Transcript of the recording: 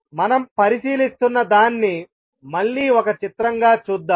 మనం పరిశీలిస్తున్న దాన్ని మళ్ళీ ఒక చిత్రంగా చూద్దాం